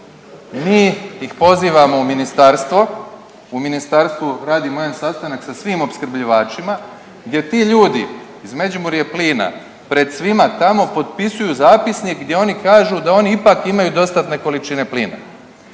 Mi ih pozivamo u ministarstvo. U ministarstvu radimo jedan sastanak sa svim opskrbljivačima gdje ti ljudi iz Međimurje plina pred svima tamo potpisuju zapisnik, gdje oni kažu da oni ipak imaju dostatne količine plina.